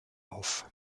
auf